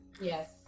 Yes